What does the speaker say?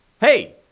Hey